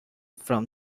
from